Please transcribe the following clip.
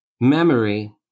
memory